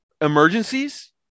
emergencies